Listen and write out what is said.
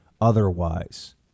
otherwise